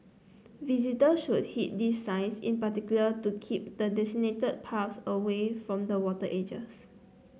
visitors should heed these signs in particular to keep the designated paths away from the water edges